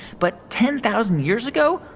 but ten thousand years ago,